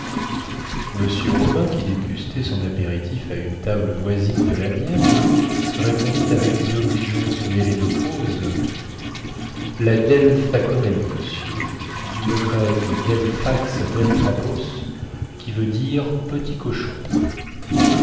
m romain qui dégustait son apéritif à une table voisine de la mienne répondit avec une obligeance mêlée de pose la delphacomanie monsieur du mot grec delphax delphacos qui veut dire petit cochon